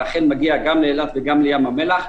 ואכן מגיע גם לאילת וגם לים המלח,